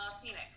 phoenix